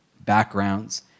backgrounds